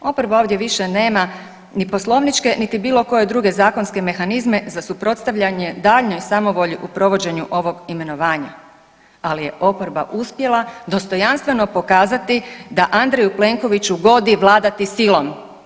Oporba ovdje više nema ni poslovničke niti bilo koje druge zakonske mehanizme za suprotstavljanje daljnjoj samovolji u provođenju ovog imenovanja, ali je oporba uspjela dostojanstveno pokazati da Andreju Plenkoviću godi vladati silom.